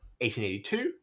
1882